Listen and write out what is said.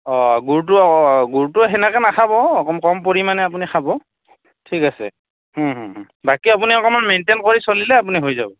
অ' গুৰটো গুৰটো তেনেকৈ নাখাব অকণ কম পৰিমাণে আপুনি খাব ঠিক আছে বাকী আপুনি অকণমান মেণ্টেইন কৰি চলিলে আপুনি হৈ যাব